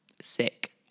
sick